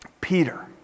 Peter